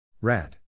Rad